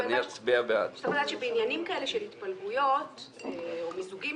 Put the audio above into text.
חשוב לדעת שבעניינים כאלה של התפלגויות או מיזוגים